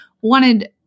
wanted